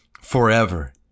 forever